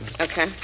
Okay